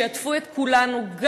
שיעטפו את כולנו,